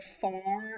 far